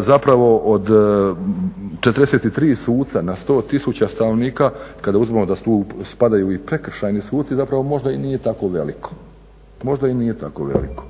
Zapravo od 43 suca na 100 tisuća stanovnika, i kada uzmemo da su tu spadaju i prekršajni suci možda i nije tako veliko, možda i nije tako veliko.